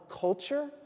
culture